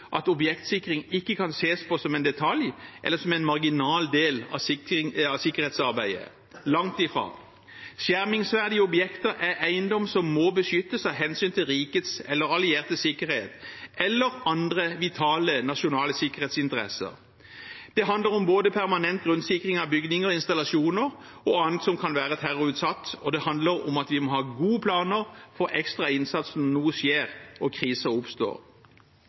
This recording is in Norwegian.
at objektsikring ikke kan ses på som en detalj, eller som en marginal del av sikkerhetsarbeidet – langt ifra. Skjermingsverdige objekter er eiendom som må beskyttes av hensyn til rikets eller alliertes sikkerhet eller andre vitale nasjonale sikkerhetsinteresser. Det handler både om permanent grunnsikring av bygninger, installasjoner og annet som kan være terrorutsatt, og om at vi må ha gode planer for ekstra innsats når noe skjer og kriser oppstår.